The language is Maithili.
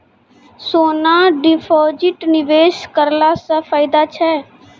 सोना डिपॉजिट निवेश करला से फैदा छै?